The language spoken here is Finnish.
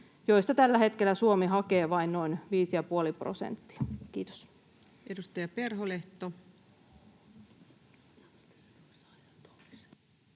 joista tällä hetkellä Suomi hakee vain noin 5,5 prosenttia? — Kiitos. [Speech 463]